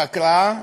חקרה,